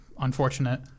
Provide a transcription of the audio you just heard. unfortunate